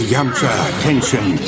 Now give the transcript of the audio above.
attention